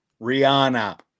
Rihanna